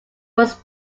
was